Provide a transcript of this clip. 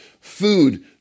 food